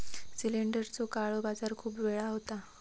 सिलेंडरचो काळो बाजार खूप वेळा होता